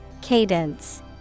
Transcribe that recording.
Cadence